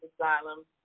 asylum